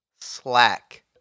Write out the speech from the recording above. slack